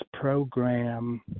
program